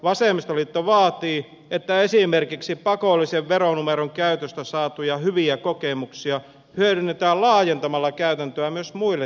vasemmistoliitto vaatii että esimerkiksi pakollisen veronumeron käytöstä saatuja hyviä kokemuksia hyödynnetään laajentamalla käytäntöä myös muille toimialoille